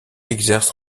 exerce